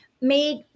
made